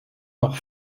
auch